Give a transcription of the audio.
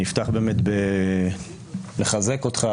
אני אפתח באמת בלחזק אותך,